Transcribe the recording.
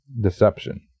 deception